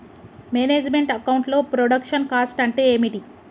Manage meant account లో production cost అంటే ఏమిటి?